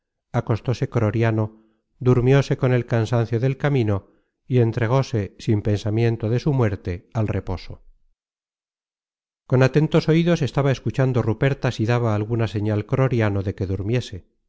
la hora acostóse croriano durmióse con el cansancio del camino y entregóse sin pensamiento de su muerte al reposo content from google book search generated at con atentos oidos estaba escuchando ruperta si daba alguna señal croriano de que durmiese